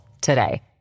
today